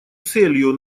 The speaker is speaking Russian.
целью